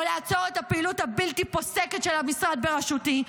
או לעצור את הפעילות הבלתי-פוסקת של המשרד בראשותי.